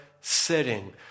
sitting